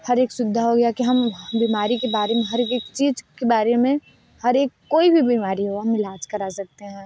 हर एक सुविधा हो गई है कि हम बीमारी के बारे में हर एक चीज़ के बारे में हर एक कोई भी बीमारी हो हम इलाज करा सकते हैं